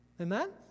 Amen